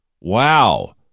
Wow